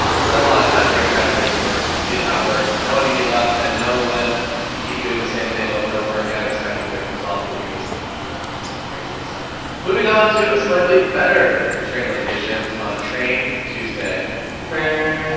spent a lot of time here and tried to make it work. it did not work. no one to give up and know when you keep doing the same thing over and over again expecting a different result that you're just gonna make yourself crazy. so moving on to a slightly better train location on train tuesday man.